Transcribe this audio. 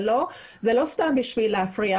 זה לא סתם בשביל להפריע.